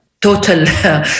total